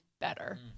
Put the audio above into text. better